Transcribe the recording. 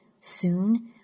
Soon